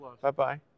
Bye-bye